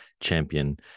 champion